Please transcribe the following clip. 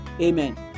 Amen